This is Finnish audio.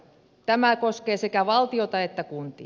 tämä koskee sekä valtiota että kuntia